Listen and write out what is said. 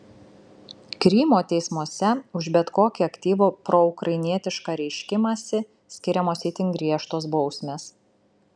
krymo teismuose už bet kokį aktyvų proukrainietišką reiškimąsi skiriamos itin griežtos bausmės